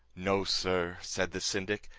no, sir, said the syndic,